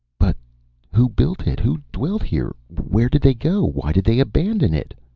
but who built it? who dwelt here? where did they go? why did they abandon it?